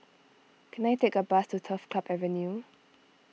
can I take a bus to Turf Club Avenue